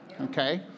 okay